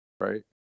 right